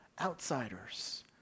outsiders